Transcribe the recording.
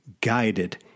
guided